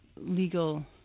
legal